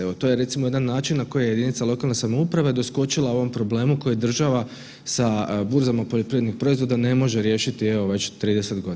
Evo to je recimo jedan način na koji jedinice lokalne samouprave doskočila ovom problemu koji država sa burzama poljoprivrednih proizvoda ne može riješiti evo već 30 godina.